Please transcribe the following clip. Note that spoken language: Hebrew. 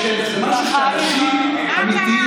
זה משהו שאנשים אמיתיים לוקחים ברצינות.